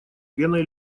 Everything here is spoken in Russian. пеной